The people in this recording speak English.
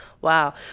Wow